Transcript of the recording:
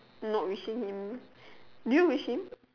not wishing him do you wish him